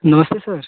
नमस्ते सर